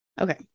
Okay